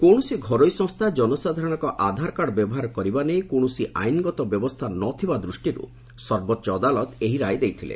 କୌଣସି ଘରୋଇ ସଂସ୍ଥା ଜନସାଧାରଣଙ୍କ ଆଧାର କାର୍ଡ ବ୍ୟବହାର କରିବା ନେଇ କୌଣସି ଆଇନଗତ ବ୍ୟବସ୍ଥା ନ ଥିବା ଦୃଷ୍ଟିରୁ ସର୍ବୋଚ୍ଚ ଅଦାଲତ ଏହି ରାୟ ଦେଇଥିଲେ